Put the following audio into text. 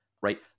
right